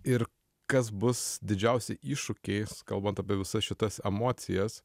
ir kas bus didžiausi iššūkiai kalbant apie visas šitas emocijas